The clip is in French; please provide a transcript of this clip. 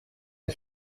est